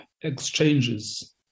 exchanges